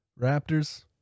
Raptors